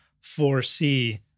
foresee